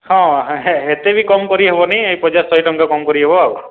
ହଁ ଏତେ ବି କମ୍ କରିହେବନି ଏଇ ପଚାଶ ଶହେ ଟଙ୍କା କମ୍ କରିହେବ ଆଉ